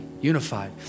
unified